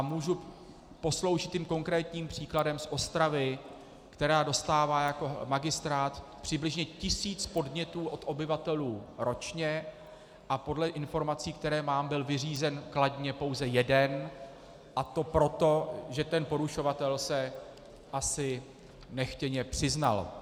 Můžu posloužit konkrétním příkladem z Ostravy, kde magistrát dostává přibližně tisíc podnětů od obyvatelů ročně, a podle informací, které mám, byl vyřízen kladně pouze jeden, a to proto, že ten porušovatel se asi nechtěně přiznal.